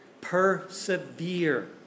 persevere